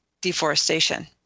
deforestation